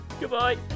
Goodbye